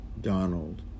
Donald